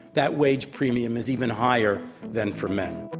that wage premium is even higher than for men.